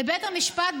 לבית המשפט,